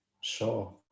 Sure